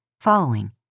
following